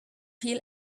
feel